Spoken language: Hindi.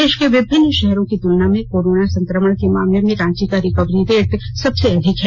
देश के विभिन्न शहरों की तुलना में कोरोना संक्रमण के मामले में रांची का रिकवरी रेट सबसे अधिक है